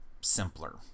simpler